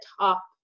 top